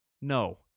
No